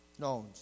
knowns